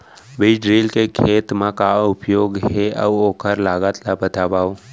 बीज ड्रिल के खेत मा का उपयोग हे, अऊ ओखर लागत ला बतावव?